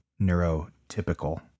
neurotypical